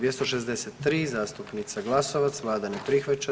263. zastupnica Glasovac, vlada ne prihvaća.